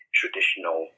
traditional